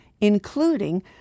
including